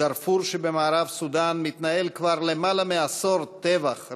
בדארפור שבמערב סודאן מתנהל כבר למעלה מעשור טבח,